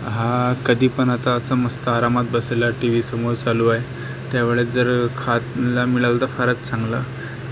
हा कधी पण आता असं मस्त आरामात बसला टी व्ही समोर चालू आहे त्यावेळेस जर खायला मिळालं तर फारच चांगलं